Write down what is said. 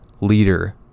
leader